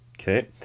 Okay